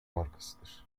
markasıdır